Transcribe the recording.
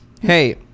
Hey